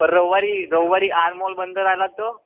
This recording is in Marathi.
पर रविवारी रविवारी आर मॉल बंद राहिला तर